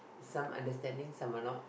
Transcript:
some understanding some are not